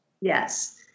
Yes